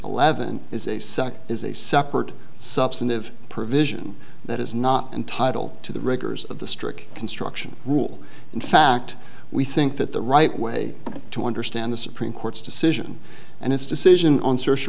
second is a separate substantive provision that is not entitled to the rigors of the strict construction rule in fact we think that the right way to understand the supreme court's decision and its decision on search